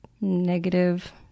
negative